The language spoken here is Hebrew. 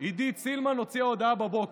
עידית סילמן הוציאה הודעה אתמול בבוקר.